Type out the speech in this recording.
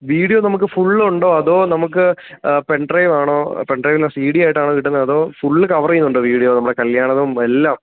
video നമുക്ക് ഫുള്ളുണ്ടോ അതോ നമുക്ക് പെൺഡ്രൈവാണോ പെൺഡ്രൈവില് സി ഡി ആയിട്ടാണോ കിട്ടുന്നത് അതോ ഫുള്ള് കവറ് ചെയ്യുന്നുണ്ടോ വീഡിയോ നമ്മൾ കല്യാണതും എല്ലാം